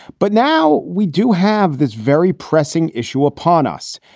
but now we do have this very pressing issue upon us.